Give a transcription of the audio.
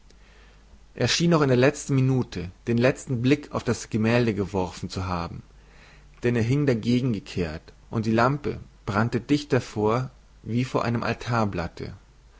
schien noch in der lezten minute den lezten blik auf das gemählde geworfen zu haben denn er hing dagegen gekehrt und die lampe brannte dicht davor wie vor einem